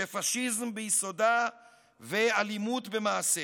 שפשיזם ביסודה ואלימות במעשיה.